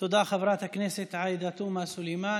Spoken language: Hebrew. תודה, חברת הכנסת עאידה תומא סלימאן.